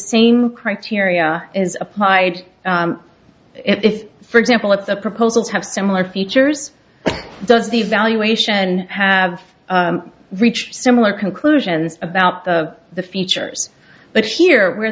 same criteria is applied if for example at the proposals have similar features does the evaluation have reached similar conclusions about the the features but here where